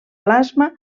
plasma